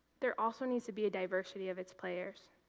there also needs to be a diversity of its players.